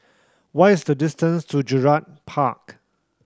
what is the distance to Gerald Park